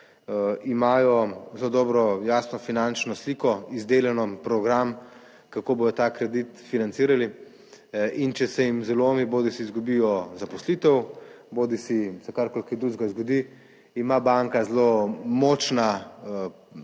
imajo zelo dobro, jasno finančno sliko, izdelano program, kako bodo ta kredit financirali in če se jim zalomi, bodisi izgubijo zaposlitev bodisi se karkoli kaj drugega zgodi, ima banka zelo močna